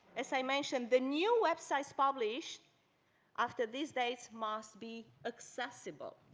as i mentioned the new websites published after these dates must be accessible.